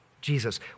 Jesus